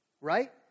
right